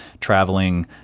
traveling